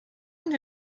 und